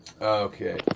Okay